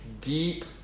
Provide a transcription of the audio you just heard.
deep